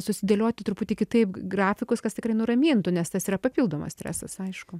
susidėlioti truputį kitaip grafikus kas tikrai nuramintų nes tas yra papildomas stresas aišku